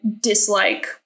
dislike